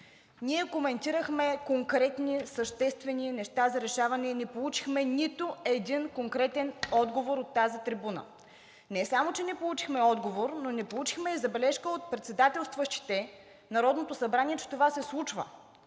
Ние коментирахме конкретни съществени неща за решаване и не получихме нито един конкретен отговор от тази трибуна. И не само че не получихме отговор, но не получихме и забележка от председателстващите Народното събрание, че това се случва.